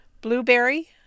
Blueberry